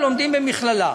או לומדים במכללה.